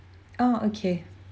oh okay